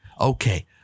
Okay